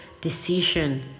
decision